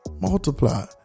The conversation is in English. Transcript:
multiply